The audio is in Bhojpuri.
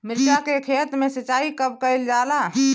मिर्चा के खेत में सिचाई कब कइल जाला?